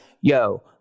Yo